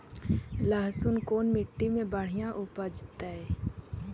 लहसुन कोन मट्टी मे बढ़िया उपजतै?